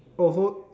oh so